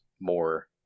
more